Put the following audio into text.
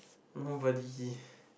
nobody